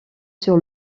sur